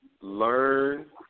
learn